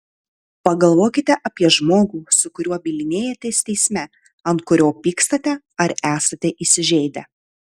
pagalvokite apie žmogų su kuriuo bylinėjatės teisme ant kurio pykstate ar esate įsižeidę